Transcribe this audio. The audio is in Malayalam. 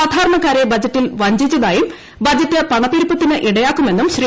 സാധാരണക്കാരെ ബജറ്റിൽ വഞ്ചിച്ചതായും ബജറ്റ് പണപ്പെരുപ്പത്തിന് ഇടയാക്കുമെന്നും ശ്രീ